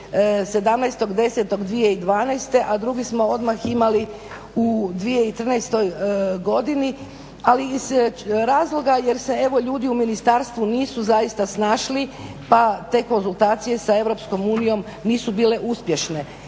17.10.2012., a drugi smo odmah imali u 2013. godini, ali iz razloga jer se evo ljudi u ministarstvu nisu zaista snašli pa te konzultacije sa Europskom unijom nisu bile uspješne.